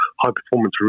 high-performance